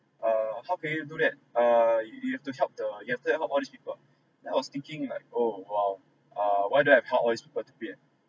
err how can you do that err you you have to help the you have to help out all these people then I was thinking like oh !wow! err why do I have help all this people to pay